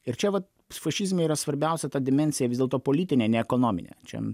ir čia vat fašizme yra svarbiausia ta dimensija vis dėlto politinė ne ekonominė čia